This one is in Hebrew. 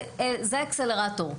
זה ה-Accelerator.